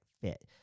fit